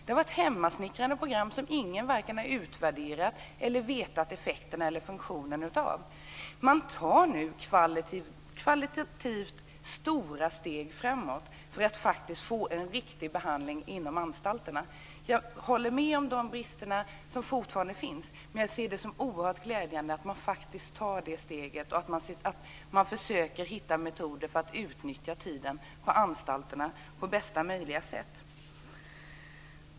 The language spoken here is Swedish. Det har varit hemsnickrade program som ingen varken har utvärderat eller vetat effekterna eller funktionerna av. Man tar nu kvalitativt stora steg framåt för att få en riktig behandling inom anstalterna. Jag håller med om att det fortfarande finns brister. Men jag ser det som oerhört glädjande att man tar steget och försöker hitta metoder att utnyttja tiden på anstalterna på bästa möjliga sätt.